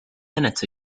minutes